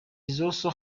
also